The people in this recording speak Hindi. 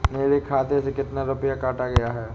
मेरे खाते से कितना रुपया काटा गया है?